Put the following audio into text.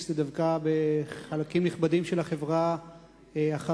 הם דווקא בחלקים נכבדים של החברה החרדית,